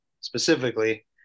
specifically